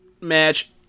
match